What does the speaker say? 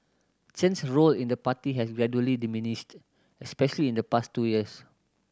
Chen's role in the party has gradually diminished especially in the past two years